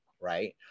right